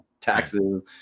Taxes